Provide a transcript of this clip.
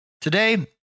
Today